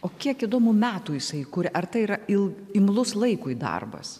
o kiek įdomu metų jisai kuria ar tai yra il imlus laikui darbas